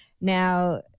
Now